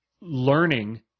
learning